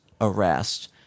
arrest